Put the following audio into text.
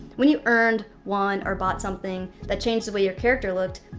when you earned, won, or bought something that changed the way your character looked,